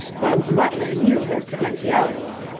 bugs butler knew his potentialities.